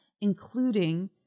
including